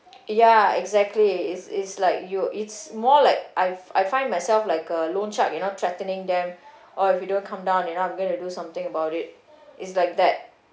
ya exactly it's it's like you it's more like I've I find myself like a loan shark you know threatening them oh if you don't come down you know I'm going to do something about it is like that